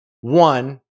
One